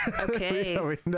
Okay